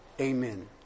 amen